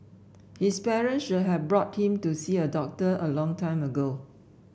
his parent should have brought him to see a doctor a long time ago